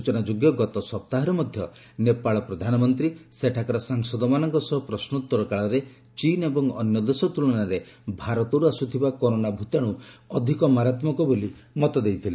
ସୂଚନାଯୋଗ୍ୟ ଗତ ସପ୍ତାହରେ ମଧ୍ୟ ନେପାଳ ପ୍ରଧାନମନ୍ତ୍ରୀ ସେଠାକାର ସାଂସଦମାନଙ୍କ ସହ ପ୍ରଶ୍ରୋତ୍ତର କାଳରେ ଚୀନ ଏବଂ ଅନ୍ୟ ଦେଶ ତୁଳନାରେ ଭାରତରୁ ଆସୁଥିବା କରୋନା ଭୂତାଣୁ ଅଧିକ ମାରାତ୍ମକ ବୋଲି ମତ ଦେଇଥିଲେ